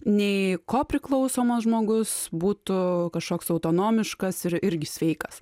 nei kopriklausomas žmogus būtų kažkoks autonomiškas ir irgi sveikas